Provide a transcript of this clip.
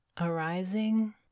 arising